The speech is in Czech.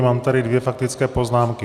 Mám tady dvě faktické poznámky.